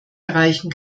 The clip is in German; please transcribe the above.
erreichen